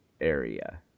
area